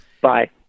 Bye